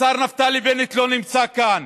השר נפתלי בנט לא נמצא כאן.